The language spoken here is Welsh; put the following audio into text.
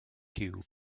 ciwb